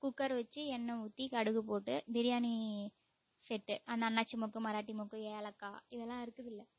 cooker வச்சி எண்ணெய் ஊற்றி கடுகு போட்டு பிரியாணி செட்டு அந்த அன்னாசி மொக்கு மராட்டி மொக்கு ஏலக்காய் இதெல்லாம் இருக்குதில்லை